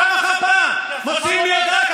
פעם אחר פעם מוציאים לי הודעה,